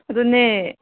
ꯑꯗꯨꯅꯦ